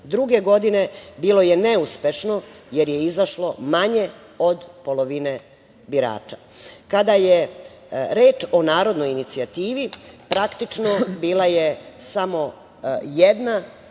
1992. godine bilo je neuspešno, jer je izašlo manje od polovine birača. Kada je reč o narodnoj inicijativi, praktično bila je samo jedna